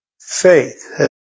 faith